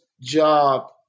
job